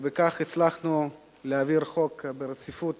ובכך הצלחנו להעביר חוק, רציפות